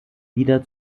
wieder